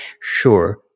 Sure